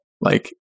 Like-